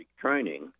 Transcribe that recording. training